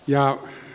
paranevat